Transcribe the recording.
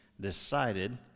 decided